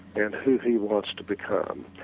and who he wants to become,